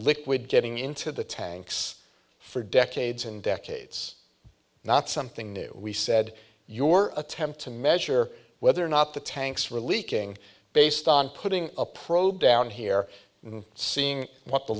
liquid getting into the tanks for decades and decades not something new we said your attempt to measure whether or not the tanks were leaking based on putting a probe down here and seeing what the